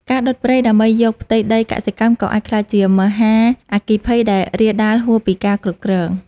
ការដុតព្រៃដើម្បីយកផ្ទៃដីកសិកម្មក៏អាចក្លាយជាមហាអគ្គីភ័យដែលរាលដាលហួសពីការគ្រប់គ្រង។